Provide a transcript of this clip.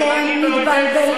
אתם מתבלבלים.